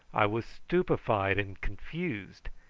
i was stupefied and confused,